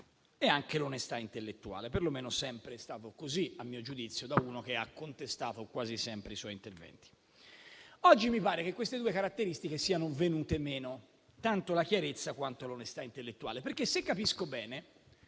e anche l'onestà intellettuale. Perlomeno è sempre stato così, a giudizio di uno che ha contestato quasi sempre i suoi interventi. Oggi mi pare che queste due caratteristiche siano venute meno, tanto la chiarezza quanto l'onestà intellettuale, perché, se capisco bene,